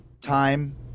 Time